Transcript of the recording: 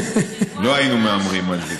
לא היינו מהמרים על זה,